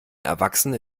erwachsene